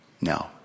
No